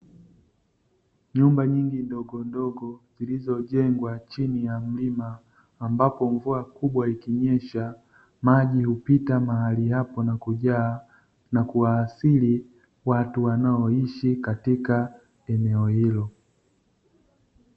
Nyumba nyingi ndogo ndogo zilizojengwa chini ya mlima, ambapo mvua kubwa ikinyesha, maji hupita mahali hapo na kujaa, na kuathiri watu wanaoishi katika eneo ilo.